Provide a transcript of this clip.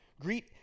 Greet